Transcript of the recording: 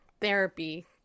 therapy